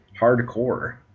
hardcore